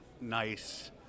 nice